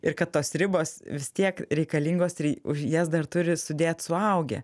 ir kad tos ribos vis tiek reikalingos ir už jas dar turi sudėt suaugę